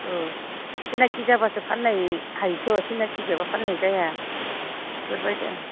अ सिनाखि जाबासो फाननो हायोथ' सिनाखि जायाबा फाननाय जाया बेफोरबायदिया